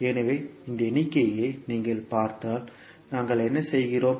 எனவே இந்த எண்ணிக்கையை நீங்கள் பார்த்தால் நாங்கள் என்ன செய்கிறோம்